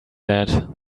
that